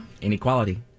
Inequality